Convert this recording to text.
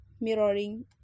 mirroring